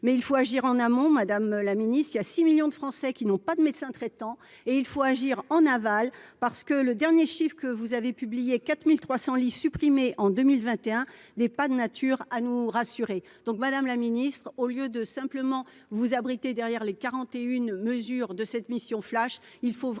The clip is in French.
mais il faut agir en amont, madame la ministre, y a 6 millions de Français qui n'ont pas de médecin traitant, et il faut agir en aval parce que le dernier chiffre que vous avez publié 4300 lits supprimés en 2021 n'est pas de nature à nous rassurer donc, Madame la Ministre, au lieu de simplement vous abriter derrière les 41 mesure de cette mission flash, il faut vraiment